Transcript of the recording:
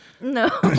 No